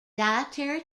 dietary